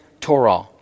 Torah